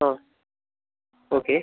ആ ഓക്കെ